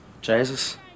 jesus